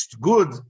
good